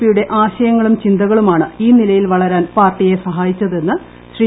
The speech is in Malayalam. പി യുടെ ആശയങ്ങളും ചിന്തകളുമാണ് ഈ നിലയിൽ വളരാൻ പാർട്ടിയെ സഹായിച്ചതെന്ന് ശ്രീ